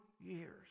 years